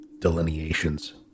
delineations